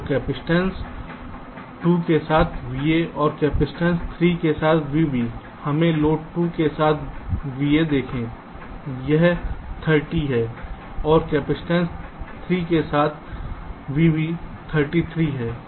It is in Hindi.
तो कैपेसिटेंस 2 के साथ VA और कैपेसिटेंस 3 के साथ VB हमें लोड 2 के साथ VA देखें यह 30 है और कैपेसिटेंस 3 के साथ वीबी 33 है